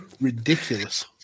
ridiculous